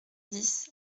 dix